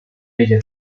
ella